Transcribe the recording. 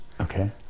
okay